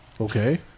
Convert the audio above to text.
Okay